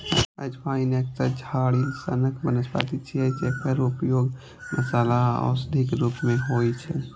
अजवाइन एकटा झाड़ी सनक वनस्पति छियै, जकर उपयोग मसाला आ औषधिक रूप मे होइ छै